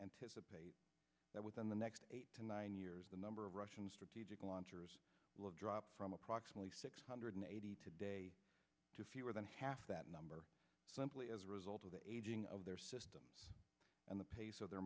anticipate that within the next eight to nine years the number of russian strategic launchers of dropped from approximately six hundred eighty today to fewer than half that number simply as a result of the aging of their system and the pace of their